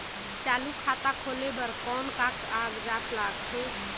चालू खाता खोले बर कौन का कागजात लगथे?